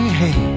hey